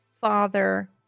father